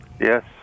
Yes